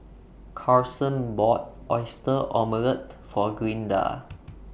Carson bought Oyster Omelette For Glinda